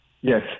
Yes